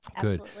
Good